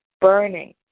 burning